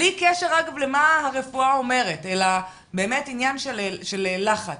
בלי קשר למה הרפואה אומרת, אלא עניין של לחץ.